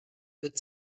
wird